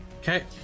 okay